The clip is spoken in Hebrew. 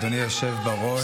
אדוני היושב בראש,